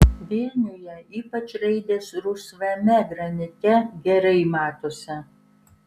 vilniuje ypač raidės rusvame granite gerai matosi